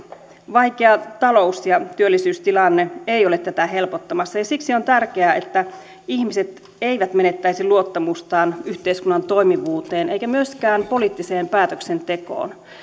vaikea talous ja työllisyystilanne ei ole tätä helpottamassa ja siksi on tärkeää että ihmiset eivät menettäisi luottamustaan yhteiskunnan toimivuuteen eivätkä myöskään poliittiseen päätöksentekoon